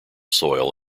soil